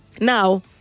Now